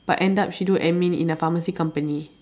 but end up she do admin in a pharmacy company